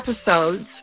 episodes